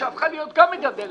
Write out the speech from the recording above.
שהפכה להיות גם מגדלת,